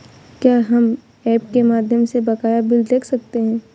क्या हम ऐप के माध्यम से बकाया बिल देख सकते हैं?